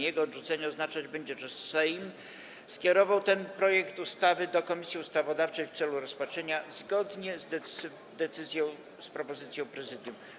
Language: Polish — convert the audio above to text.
Jego odrzucenie oznaczać będzie, że Sejm skierował ten projekt ustawy do Komisji Ustawodawczej w celu rozpatrzenia, zgodnie z propozycją Prezydium Sejmu.